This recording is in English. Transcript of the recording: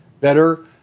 better